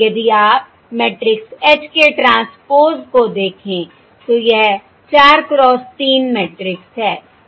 यदि आप matrix H के ट्रांसपोज़ को देखें तो यह 4 क्रॉस 3 मैट्रिक्स है